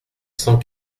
cent